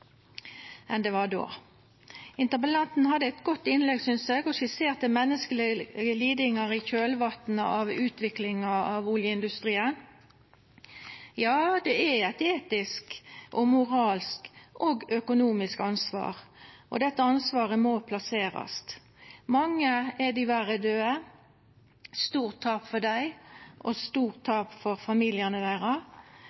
av utviklinga av oljeindustrien. Ja, det er eit etisk, moralsk og økonomisk ansvar, og dette ansvaret må plasserast. Mange er diverre døde – det er eit stort tap for dei og